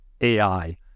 AI